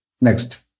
next